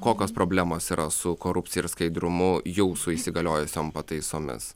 kokios problemos yra su korupcija ir skaidrumu jau su įsigaliojusiom pataisomis